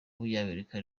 w’umunyamerika